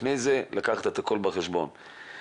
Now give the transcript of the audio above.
לקחת את הכל בחשבון לפני זה.